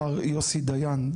מר יוסי דיין,